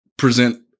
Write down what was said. present